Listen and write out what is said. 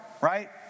right